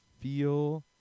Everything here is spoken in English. feel